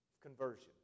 Conversion